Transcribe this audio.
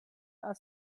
are